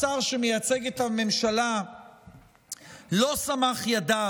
שהשר שמייצג את הממשלה לא סמך ידיו,